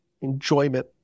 enjoyment